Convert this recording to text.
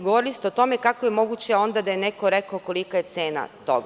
Govorili ste o tome kako je onda moguće da je neko rekao – kolika je cena toga?